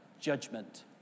judgment